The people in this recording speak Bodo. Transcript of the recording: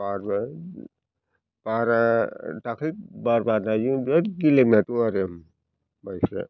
बारबो बारा दाख्लै बार बारनायजों बिराथ गेलेमना दं आरो माइफ्रा